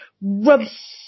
rubs